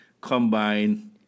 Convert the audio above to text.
Combine